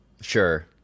sure